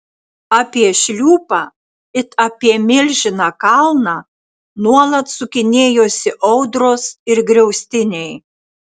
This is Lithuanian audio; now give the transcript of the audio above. apie šliūpą it apie milžiną kalną nuolat sukinėjosi audros ir griaustiniai